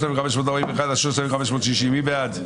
רוויזיה על הסתייגויות 3540-3521, מי בעד?